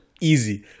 Easy